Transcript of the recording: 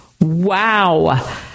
Wow